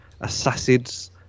Assassin's